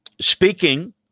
Speaking